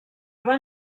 van